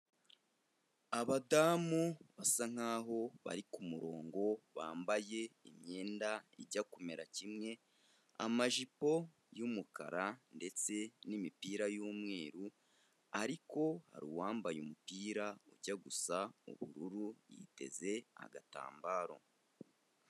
Abadamu basa nkaho bari ku murongo, bambaye imyenda ijya kumera kimwe, amajipo y'umukara ndetse n'imipira y'umweru ariko hari uwambaye umupira ujya gusa ubururu, yiteze agatambaro.